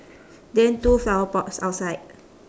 then two flower pots outside